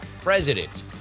president